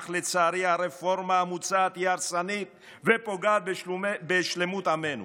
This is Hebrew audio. אך לצערי הרפורמה המוצעת היא הרסנית ופוגעת בשלמות עמנו.